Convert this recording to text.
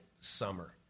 summer